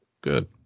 Good